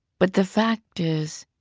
but the fact is,